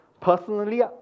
Personally